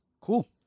Cool